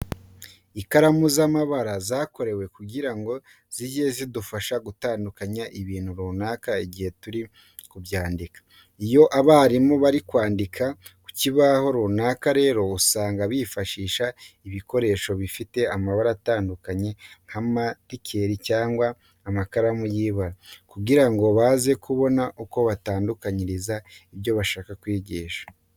Ikaramu z'amabara zakorewe kugira ngo zijye zidufasha gutandukanya ibintu runaka igihe turi kubyandika. Iyo abarimu bari kwandika ku kibaho runaka rero usanga bifashishije ibikoresho bifite amabara atandukanye nka marikeri cyangwa amakaramu y'ibara, kugira ngo baze kubona uko badutandukanyiriza ibyo bashaka kwigisha.